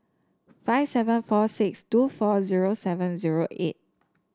five seven four six two four zero seven zero eight